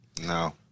No